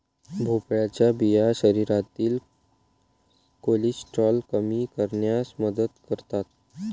भोपळ्याच्या बिया शरीरातील कोलेस्टेरॉल कमी करण्यास मदत करतात